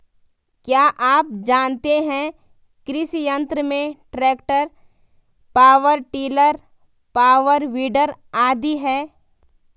क्या आप जानते है कृषि यंत्र में tractor, power tiller, power weeder आदि है?